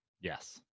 Yes